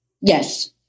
Yes